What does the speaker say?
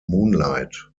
moonlight